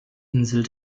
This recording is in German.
insel